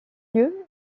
lieu